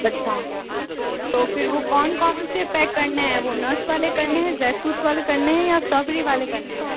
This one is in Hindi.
अच्छा तो फिर वो कौन कौन से पैक करना है वो नट्स वाले करना है ड्राई फ्रूट्स वाले करने हैं या स्ट्रॉबेरी वाले करने हैं